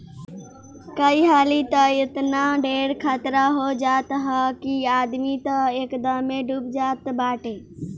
कई हाली तअ एतना ढेर खतरा हो जात हअ कि आदमी तअ एकदमे डूब जात बाटे